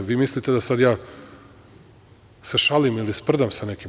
Vi mislite da sad ja se šalim ili sprdam sa nekim?